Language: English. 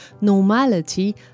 normality